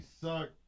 suck